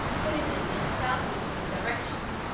moving in a southeasterly direction,